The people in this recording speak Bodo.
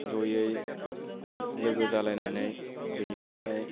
ज'यै लोगो जालायनानै बेनिफ्राय